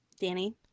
Danny